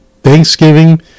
Thanksgiving